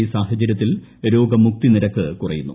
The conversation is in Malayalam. ഈ സാഹചരൃത്തിൽ രോഗമുക്തി നിരക്ക് കുറയുന്നു